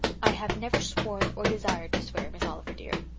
i have never sworn or desired to swear, miss oliver dear,